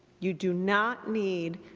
you do not need